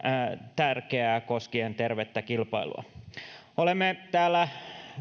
tärkeää koskien tervettä kilpailua olemme täällä